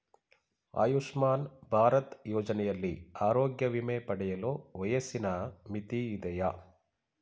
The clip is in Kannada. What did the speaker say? ಆಯುಷ್ಮಾನ್ ಭಾರತ್ ಯೋಜನೆಯಲ್ಲಿ ಆರೋಗ್ಯ ವಿಮೆ ಪಡೆಯಲು ವಯಸ್ಸಿನ ಮಿತಿ ಇದೆಯಾ?